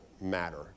matter